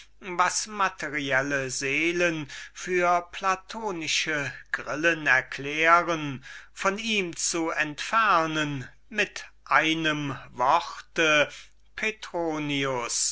was materielle seelen für platonische grillen erklären von ihm zu entfernen mit einem worte